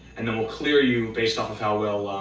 and then we'll clear you based off of how well,